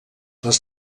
les